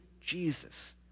Jesus